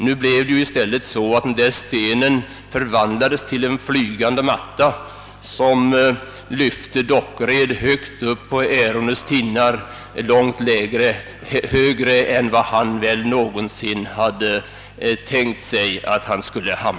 Nu blev det i stället så, att den där stenen förvandlades till en flygande matta, som lyfte herr Dockered högt upp på ärones tinnar långt högre än han väl någonsin hade tänkt sig hamna.